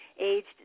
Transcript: aged